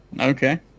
Okay